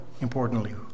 importantly